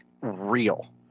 real